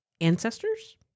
ancestors